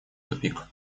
тупик